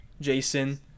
Jason